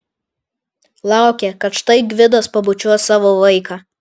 laukė kad štai gvidas pabučiuos savo vaiką